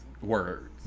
words